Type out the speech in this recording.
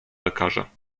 lekarza